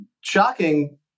shocking